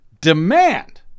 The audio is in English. demand